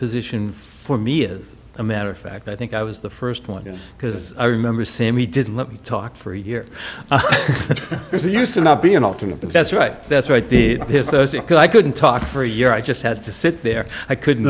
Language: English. position for me as a matter of fact i think i was the first one because i remember sam he did let me talk for a year or so used to not be an alternate that's right that's right the his i couldn't talk for a year i just had to sit there i could